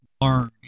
learn